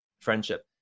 friendship